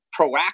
proactive